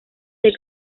del